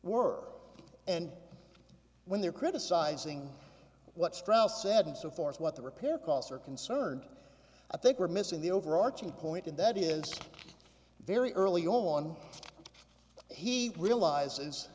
work and when they're criticizing what strauss said and so forth what the repair costs are concerned i think we're missing the overarching point and that is very early on he realizes